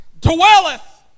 dwelleth